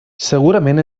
segurament